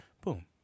Boom